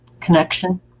connection